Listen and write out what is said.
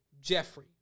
Jeffrey